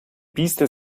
biester